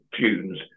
tunes